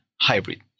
hybrid